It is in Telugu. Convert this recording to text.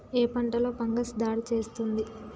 ఏ పంటలో ఫంగస్ దాడి చేస్తుంది?